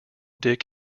dick